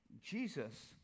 Jesus